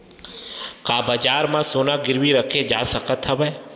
का बजार म सोना गिरवी रखे जा सकत हवय?